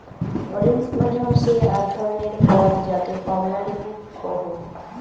orange মানে হসে আক ধরণের ফল যাকে কমলা লেবু কহু